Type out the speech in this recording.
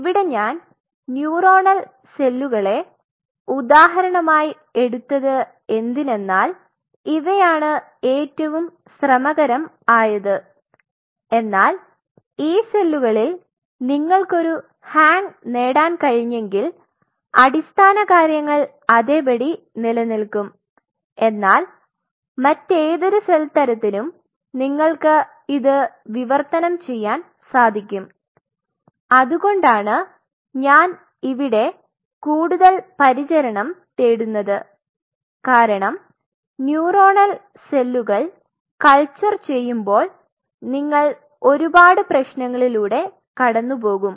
ഇവിടെ ഞാൻ നുറോണൽ സെല്ലുകളെ ഉദാഹരണമായി എടുത്തത് എന്തിനെന്നാൽ കാരണം ഇവയാണ് ഏറ്റവും ശ്രെമകരം ആയത്എന്നാൽ ഈ സെല്ലുകളിൽ നിങ്ങൾക്ക് ഒരു ഹാംഗ് നേടാൻ കഴിഞ്ഞെങ്കിൽ അടിസ്ഥാനകാര്യങ്ങൾ അതേപടി നിലനിൽക്കും എന്നാൽ മറ്റേതൊരു സെൽ തരത്തിനും നിങ്ങൾക്ക് ഇത് വിവർത്തനം ചെയ്യാൻ സാധിക്കും അതുകൊണ്ടാണ് ഞാൻ ഇവിടെ കൂടുതൽ പരിചരണം തേടുന്നത് കാരണം ന്യൂറൊണൽ സെല്ലുകൾ കൾച്ചർ ചെയുമ്പോൾ നിങ്ങൾ ഒരുപാട് പ്രേശ്നങ്ങളിലൂടെ കടന്നുപോകും